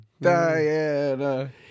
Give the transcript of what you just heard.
Diana